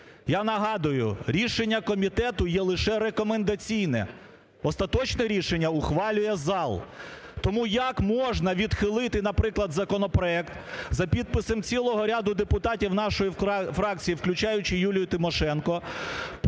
Я нагадую: рішення комітету є лише рекомендаційне. Остаточне рішення ухвалює зал. Тому як можна відхилити, наприклад, законопроект за підписом цілого ряду депутатів нашої фракції, включаючи Юлію Тимошенко,